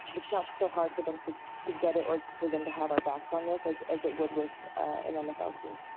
it's not so hard for them to to get it or for them to have our backs on this as as it would with an nfl team.